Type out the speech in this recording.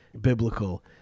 biblical